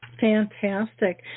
Fantastic